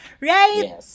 Right